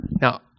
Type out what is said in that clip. Now